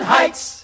Heights